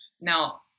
Now